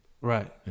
Right